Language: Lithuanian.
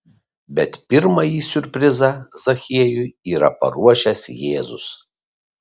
bet pirmąjį siurprizą zachiejui yra paruošęs jėzus